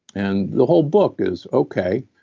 and the whole book is, okay,